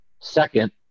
Second